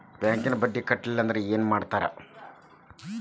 ಬ್ಯಾಂಕಿನ ಬಡ್ಡಿ ಕಟ್ಟಲಿಲ್ಲ ಅಂದ್ರೆ ಏನ್ ಮಾಡ್ತಾರ?